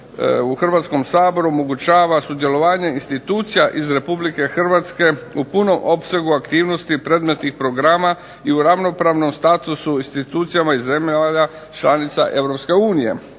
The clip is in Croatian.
u Hrvatskom saboru omogućava sudjelovanje institucija iz RH u punom opsegu aktivnosti predmetnih programa i u ravnopravnom statusu institucijama zemljama članica EU.